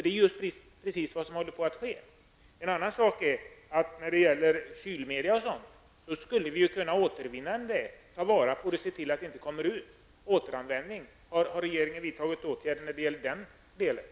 Det är precis vad som håller på att ske nu. När det gäller kylmedel kan vi återvinna en del, se till att ämnen inte kommer ut i naturen. Har man vidtagit åtgärder när det gäller återanvändning?